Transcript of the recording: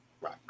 Right